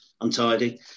Untidy